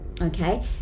okay